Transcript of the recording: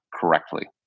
correctly